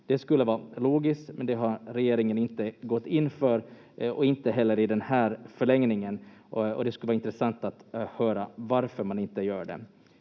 Det skulle vara logiskt men det har regeringen inte gått in för, och inte heller i den här förlängningen, och det skulle vara intressant att höra varför man inte gör det.